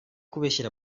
kubeshya